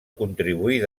contribuir